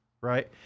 Right